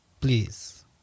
please